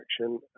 action